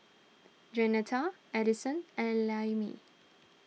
Jeanetta Addison and Lemmie